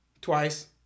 twice